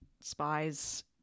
spies